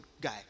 guy